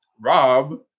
Rob